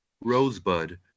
Rosebud